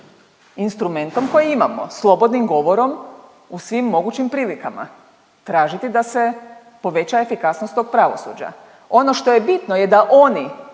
instrumentom koji imamo, slobodnim govorom u svim mogućim prilikama, tražiti da se poveća efikasnost tog pravosuđa. Ono što je bitno je da oni